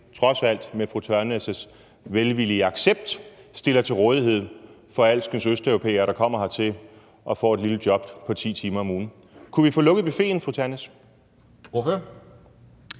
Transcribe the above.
trods alt med fru Tørnæs' velvillige accept, stiller til rådighed for alskens østeuropæere, der kommer hertil og får et lille job på 10 timer om ugen. Kunne vi få lukket buffeten, fru Ulla Tørnæs?